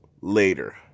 later